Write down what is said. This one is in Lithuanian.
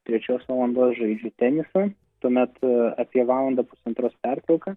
trečios valandos žaidžiu tenisą tuomet apie valandą pusantros pertrauka